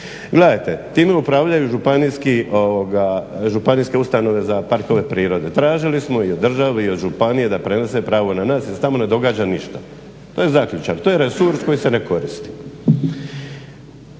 Gledajte time upravljaju županijski, županijske ustanove za parkove prirode. Tražili smo i od države i od županije da prenose pravo na nas, jer se tamo ne događa ništa. To je zaključak, to je resurs koji se ne koristi.